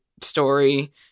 story